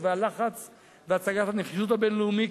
והלחץ והצגת הנחישות הבין-לאומית,